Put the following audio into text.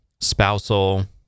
spousal